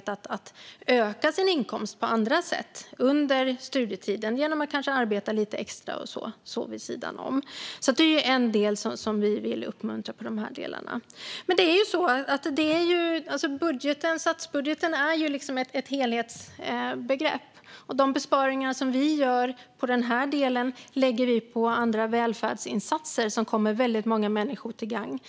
kan öka sin inkomst på andra sätt under studietiden genom att till exempel arbeta extra vid sidan om. Det är en sak vi vill uppmuntra. Statsbudgeten tar ett helhetsgrepp. De besparingar vi gör på den här delen lägger vi på andra välfärdsinsatser som gagnar många människor.